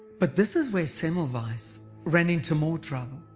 but this is where semmelweis so ran into more trouble.